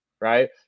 Right